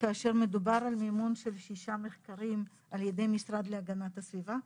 כאשר מדובר על מימון של שישה מחקרים על ידי המשרד להגנת הסביבה.